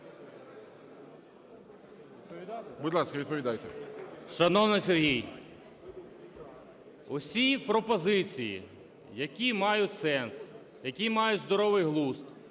Будь ласка, відповідайте.